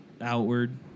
outward